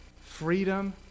freedom